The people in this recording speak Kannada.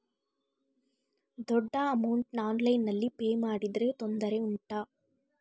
ದೊಡ್ಡ ಅಮೌಂಟ್ ಆನ್ಲೈನ್ನಲ್ಲಿ ಪೇ ಮಾಡಿದ್ರೆ ತೊಂದರೆ ಉಂಟಾ?